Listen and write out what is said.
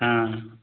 हाँ